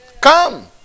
Come